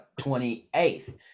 28th